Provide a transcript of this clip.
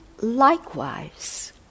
likewise